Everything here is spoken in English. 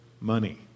money